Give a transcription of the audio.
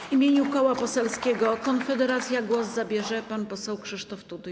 W imieniu Koła Poselskiego Konfederacja głos zabierze pan poseł Krzysztof Tuduj.